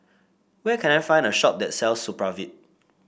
where can I find a shop that sells Supravit